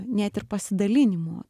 net ir pasidalinimo